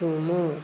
sumo